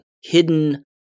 hidden